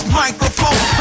microphone